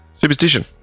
superstition